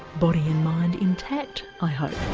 body and mind intact i hope